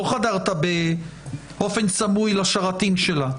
לא חדרת באופן סמוי לשרתים שלה,